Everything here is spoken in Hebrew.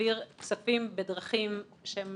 להעביר כספים בדרכים שהם